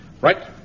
Right